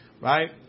right